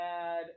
add